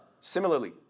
similarly